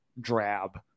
drab